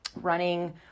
running